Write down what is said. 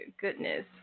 Goodness